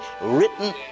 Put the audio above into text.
Written